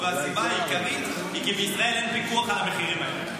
והסיבה העיקרית היא כי בישראל אין פיקוח על המחירים היום.